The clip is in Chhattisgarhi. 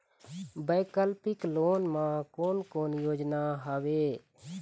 वैकल्पिक लोन मा कोन कोन योजना हवए?